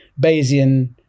Bayesian